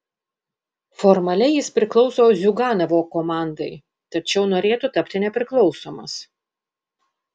formaliai jis priklauso ziuganovo komandai tačiau norėtų tapti nepriklausomas